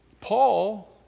Paul